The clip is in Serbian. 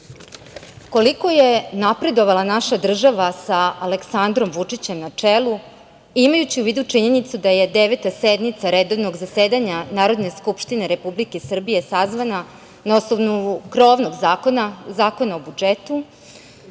kući. Koliko je napredovala naša država sa Aleksandrom Vučićem na čelu, imajući u vidu činjenicu da je Deveta sednica redovnog zasedanja Narodne Skupštine Republike Srbije sazvana na osnovu krovnog zakona, Zakona o budžetu,